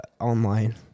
Online